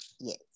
Yes